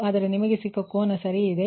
ಆದರೆ ನಿಮಗೆ ಸಿಕ್ಕ ಕೋನ ಸರಿ ಇದೆ